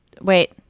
Wait